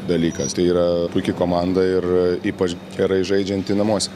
dalykas tai yra puiki komanda ir ypač gerai žaidžianti namuose